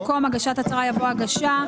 במקום "הגשת הצהרה" יבוא "הגשה".